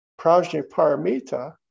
Prajnaparamita